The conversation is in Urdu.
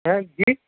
ہیں جی